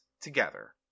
together